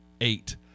eight